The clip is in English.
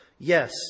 Yes